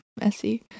messy